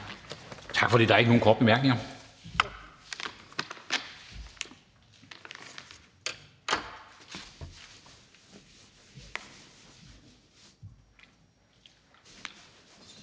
Tak. Der er ikke nogen korte bemærkninger